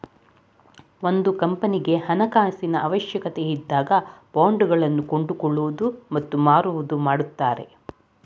ಒಂದು ಕಂಪನಿಗೆ ಹಣಕಾಸಿನ ಅವಶ್ಯಕತೆ ಇದ್ದಾಗ ಬಾಂಡ್ ಗಳನ್ನು ಕೊಂಡುಕೊಳ್ಳುವುದು ಮತ್ತು ಮಾರುವುದು ಮಾಡುತ್ತಾರೆ